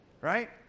right